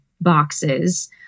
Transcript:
boxes